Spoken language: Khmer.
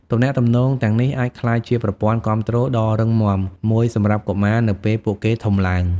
ទំនាក់ទំនងទាំងនេះអាចក្លាយជាប្រព័ន្ធគាំទ្រដ៏រឹងមាំមួយសម្រាប់កុមារនៅពេលពួកគេធំឡើង។